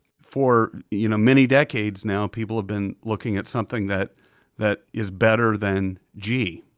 for you know many decades now, people have been looking at something that that is better than g,